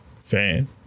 fan